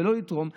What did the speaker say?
ולא לתרום ולהגיד: